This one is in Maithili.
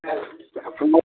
इधर सुनो